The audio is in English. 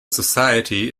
society